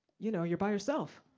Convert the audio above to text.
you know you're by yourself.